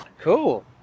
cool